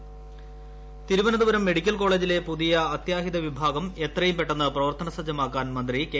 medical college Thiruvananthapuram medical കോളേജിലെ പുതിയ അത്യാഹിത വിഭാഗം എത്രയും പെട്ടെന്ന് പ്രവർത്തന സജ്ജമാക്കാൻ മന്ത്രി കെ